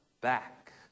back